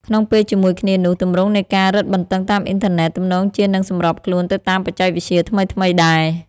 ក្នុងពេលជាមួយគ្នានោះ ទម្រង់នៃការរឹតបន្ដឹងតាមអុីនធើណេតទំនងជានឹងសម្របខ្លួនទៅតាមបច្ចេកវិទ្យាថ្មីៗដែរ។